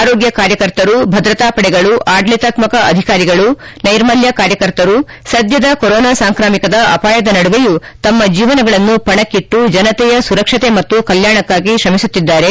ಆರೋಗ್ಯ ಕಾರ್ಯಕರ್ತರು ಭದ್ರತಾ ಪಡೆಗಳು ಆಡಳಿತಾತ್ಮಕ ಅಧಿಕಾರಿಗಳು ನೈರ್ಮಲ್ಕ ಕಾರ್ಯಕರ್ತರು ಸದ್ಯದ ಕೊರೊನಾ ಸಾಂಕ್ರಾಮಿಕದ ಆಪಾಯದ ನಡುವೆಯೂ ತಮ್ಮ ಜೀವನಗಳನ್ನು ಪಣಕ್ಕಿಟ್ಟು ಜನತೆಯ ಸುರಕ್ಷತೆ ಮತ್ತು ಕಲ್ಕಾಣಕ್ಕಾಗಿ ಶ್ರಮಿಸುತ್ತಿದ್ದಾರೆ